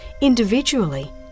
individually